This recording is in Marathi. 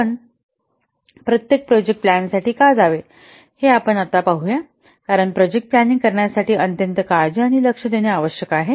आपण प्रोजेक्ट प्लॅन साठी का जावे हे आपण आता पाहूया कारण प्रोजेक्ट प्लँनिंग करण्यासाठी अत्यंत काळजी आणि लक्ष देणे आवश्यक आहे